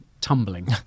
tumbling